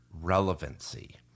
relevancy